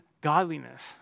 godliness